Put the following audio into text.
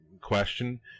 question